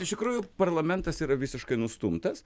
iš tikrųjų parlamentas yra visiškai nustumtas